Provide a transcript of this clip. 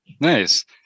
Nice